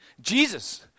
Jesus